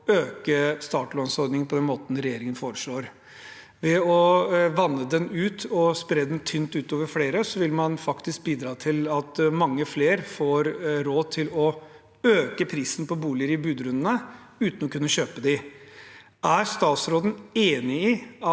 øke startlånsordningen på den måten regjeringen foreslår. Ved å vanne den ut og spre den tynt utover flere vil man faktisk bidra til at mange flere får råd til å øke prisen på boliger i budrundene uten å kunne kjøpe dem. Er statsråden enig i at